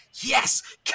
yes